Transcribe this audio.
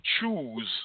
choose